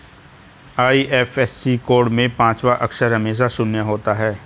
IFSC code में पांचवा अक्षर हमेशा शून्य होता है